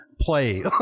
play